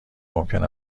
ممکن